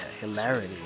hilarity